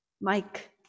Mike